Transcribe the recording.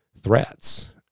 threats